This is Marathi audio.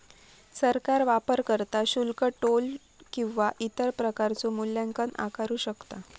सरकार वापरकर्ता शुल्क, टोल किंवा इतर प्रकारचो मूल्यांकन आकारू शकता